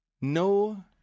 no